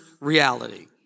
reality